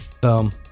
Boom